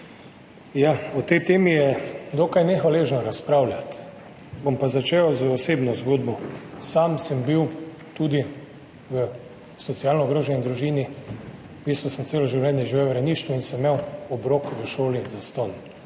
O tej temi je dokaj nehvaležno razpravljati. Bom pa začel z osebno zgodbo. Sam sem bil tudi v socialno ogroženi družini, v bistvu sem celo življenje živel v rejništvu in sem imel obrok v šoli zastonj.